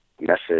message